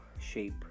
shape